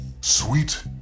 Sweet